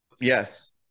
yes